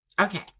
Okay